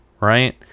right